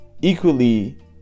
equally